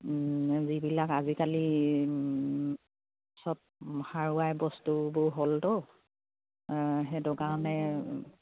যিবিলাক আজিকালি চব সাৰুৱাই বস্তুবোৰ হ'লতো সেইটো কাৰণে